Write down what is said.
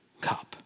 cup